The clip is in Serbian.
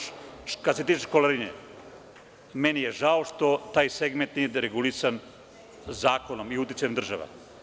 Što se tiče školarine, meni je žao što taj segment nije regulisan zakonom i uticajem države.